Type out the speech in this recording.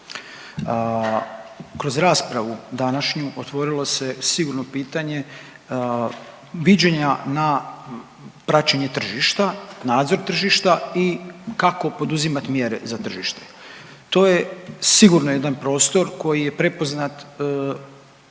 Kroz raspravu današnju otvorilo se sigurno pitanje viđenja na praćenje tržišta, nadzor tržišta i kako poduzimat mjere za tržište. To je sigurno jedan prostor koji je prepoznat